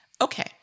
okay